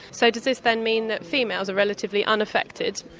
so does this then mean that females are relatively unaffected?